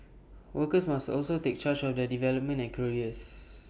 workers must also take charge of their development and careers